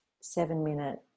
seven-minute